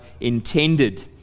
intended